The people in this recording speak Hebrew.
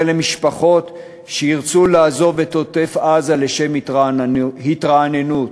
למשפחות שירצו לעזוב את עוטף-עזה לשם התרעננות,